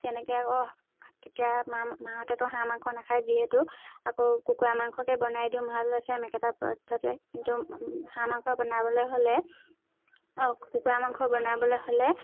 তেনেকৈ আকৌ গতিকে মা মাহঁতেটো হাঁহ মাংস নাখাই যিহেতু আকৌ কুকুৰা মাংসকে বনাই দিওঁ ছেইম একেটা পঠতে কিন্তু হাঁহ মাংস বনাবলৈ হ'লে কুকুৰা মাংস বনাবলৈ হ'লে